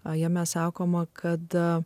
o jame sakoma kada